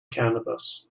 cannabis